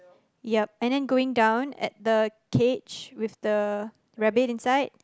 yup and then going down at the cage with the rabbit inside